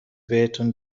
بهتون